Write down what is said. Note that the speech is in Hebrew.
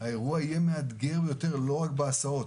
יהיה אירוע מאתגר, לא רק בהסעות.